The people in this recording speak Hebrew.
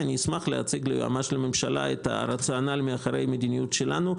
אני אשמח להציג ליועמ"ש לממשלה את הרציונל מאחורי המדיניות שלנו,